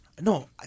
No